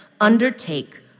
undertake